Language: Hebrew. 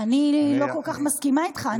אני לא כל כך מסכימה איתך.